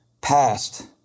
past